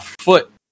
foot